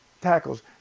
Tackles